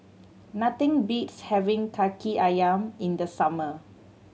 nothing beats having Kaki Ayam in the summer